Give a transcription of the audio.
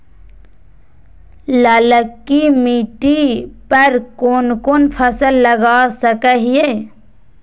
ललकी मिट्टी पर कोन कोन फसल लगा सकय हियय?